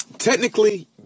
technically